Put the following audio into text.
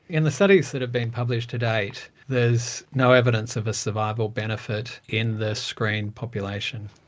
in the studies that have been published to date, there is no evidence of a survival benefit in the screened population.